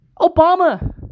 Obama